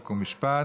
חוק ומשפט